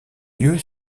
lieu